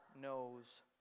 knows